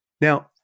Now